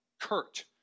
Kurt